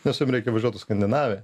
nes jiem reikia važiuot į skandinaviją